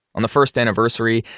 on the first anniversary,